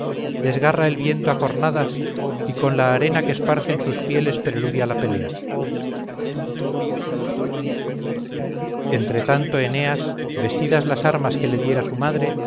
desgarra el viento a cornadas y con la arena que esparcen sus pies preludia la pelea entre tanto eneas vestidas las armas que le diera su madre